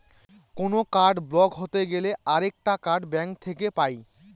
কোনো card block হতে গেলে আরেকটা কার্ড ব্যাঙ্ক থেকে পাই